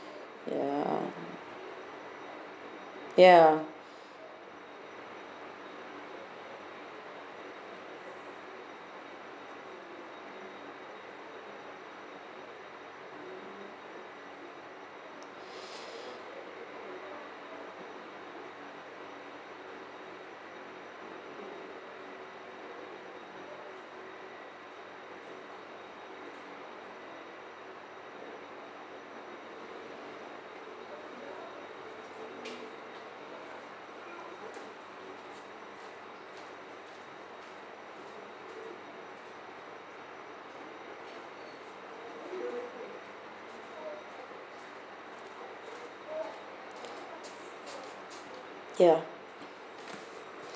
ya ya ya